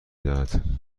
دهد